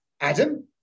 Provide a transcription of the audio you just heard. Adam